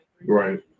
Right